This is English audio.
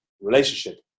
relationship